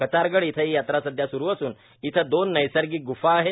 कचारगड इथं ही यात्रा सध्या सुरू असून इथं दोन नैसर्गिक ग्फा आहेत